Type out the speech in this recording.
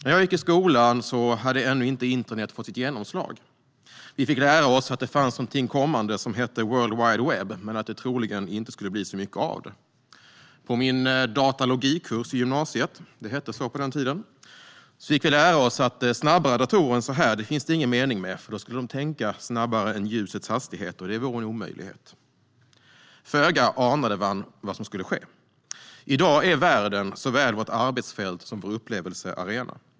När jag gick i skolan hade ännu inte internet fått sitt genomslag. Vi fick lära oss att det fanns någonting kommande som hette World Wide Web, men att det troligen inte skulle bli så mycket av det. På min datalogikurs på gymnasiet - det hette så på den tiden - fick vi lära oss: Snabbare datorer än så här finns det ingen mening med, för då skulle de tänka snabbare än ljusets hastighet, och det vore en omöjlighet. Föga anade man vad som skulle ske. I dag är världen såväl vårt arbetsfält som vår upplevelsearena.